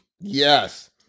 Yes